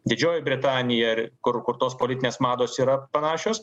didžioji britanija ir kur kur tos politinės mados yra panašios